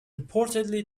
reportedly